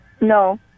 No